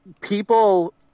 people